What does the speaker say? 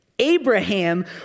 Abraham